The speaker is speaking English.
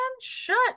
shut